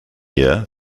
year